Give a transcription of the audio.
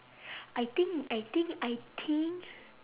I think I think I think